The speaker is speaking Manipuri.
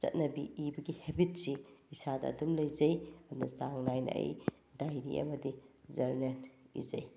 ꯆꯠꯅꯕꯤ ꯏꯕꯒꯤ ꯍꯦꯕꯤꯠꯁꯤ ꯏꯁꯥꯗ ꯑꯗꯨꯝ ꯂꯩꯖꯩ ꯑꯗꯨꯅ ꯆꯥꯡ ꯅꯥꯏꯅ ꯑꯩ ꯗꯥꯏꯔꯤ ꯑꯃꯗꯤ ꯖꯔꯅꯦꯜ ꯏꯖꯩ